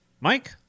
Mike